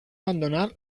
abandonar